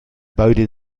bowdoin